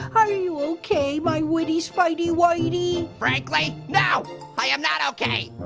um are you okay, my widdie spidey-widey? frankly, no, i am not okay.